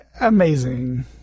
amazing